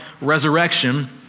resurrection